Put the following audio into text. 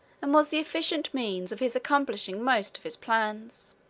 and was the efficient means of his accomplishing most of his plans.